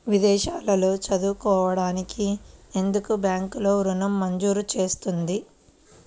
విదేశాల్లో చదువుకోవడానికి ఎందుకు బ్యాంక్లలో ఋణం మంజూరు చేస్తుంది?